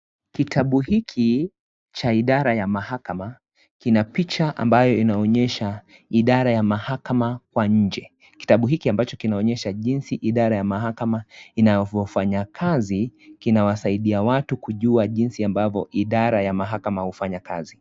Kitabu hili cha idara ya mahakama kina picha ambayo inaonyesha idara ya mahakama kwa nje. Kitabu hiki ambacho kinaonyesha jinsi idara ya mahakama inavyofanya kazi inasaidia watu kujua jinsi ambavyo idara ya mahakama hufanya kazi.